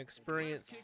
Experience